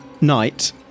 night